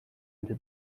into